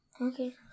Okay